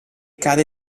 cade